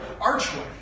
archway